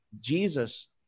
Jesus